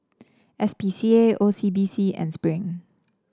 S P C A O C B C and Spring